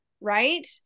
Right